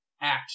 act